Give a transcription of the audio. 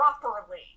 properly